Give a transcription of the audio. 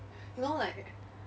no like